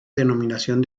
denominación